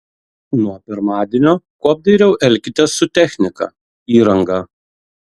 nuo pirmadienio kuo apdairiau elkitės su technika įranga